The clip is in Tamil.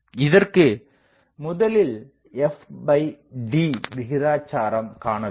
இதற்கு முதலில் fd விகிதாச்சாரம் காண வேண்டும்